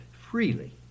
freely